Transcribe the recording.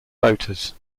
boaters